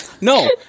No